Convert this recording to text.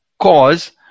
cause